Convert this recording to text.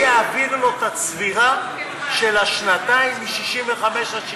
מי יעביר לו את הצבירה של השנתיים, מ-65 עד 67,